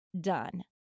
done